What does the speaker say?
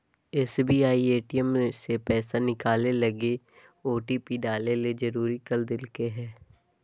SBI ATM से पैसा निकलैय लगी ओटिपी डाले ले जरुरी कर देल कय हें